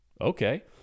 okay